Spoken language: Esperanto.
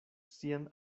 sian